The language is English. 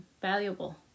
valuable